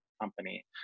company